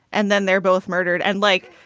and then they're both murdered and like,